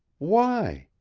why?